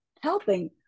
helping